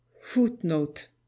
Footnote